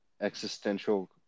existential